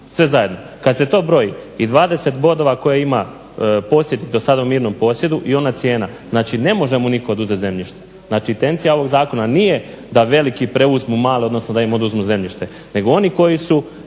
sve zajedno. Kad se to broji i 20 bodova koje ima posjed, i do sada u mirnom posjedu i ona cijena, znači ne može mu nitko oduzeti zemljište. Znači intencija ovog zakona nije da veliki preuzmu male, odnosno da im oduzmu zemljište nego oni koji su